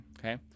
Okay